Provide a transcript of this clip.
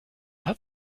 hat